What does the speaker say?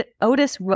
Otis